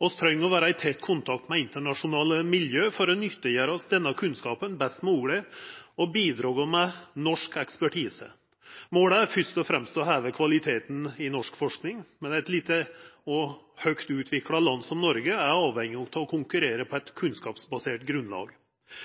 Vi treng å vera i tett kontakt med internasjonale miljø for å nyttiggjera oss denne kunnskapen best mogleg og bidra med norsk ekspertise. Målet er fyrst og fremst å heva kvaliteten i norsk forsking, men eit lite og høgt utvikla land som Noreg er avhengig av å konkurrera på eit kunnskapsbasert grunnlag.